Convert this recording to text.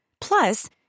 Plus